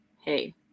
hey